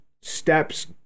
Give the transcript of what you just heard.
steps